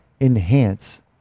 enhance